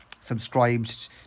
subscribed